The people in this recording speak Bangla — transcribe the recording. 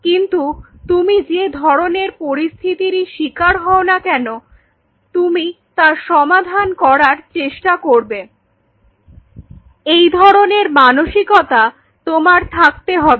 কিন্তু তুমি যে ধরনের পরিস্থিতিরই শিকার হও না কেন তুমি তার সমাধান করার চেষ্টা করবে এই ধরনের মানসিকতা তোমার থাকতে হবে